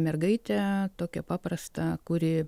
mergaitę tokią paprastą kuri